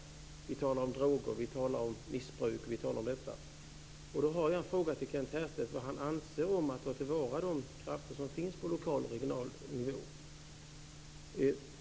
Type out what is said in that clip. Vi talar om droger, vi talar om missbruk, vi talar om detta. Jag har en fråga till Kent Härstedt om vad han anser om att ta till vara de krafter som finns på lokal och regional nivå.